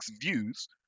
views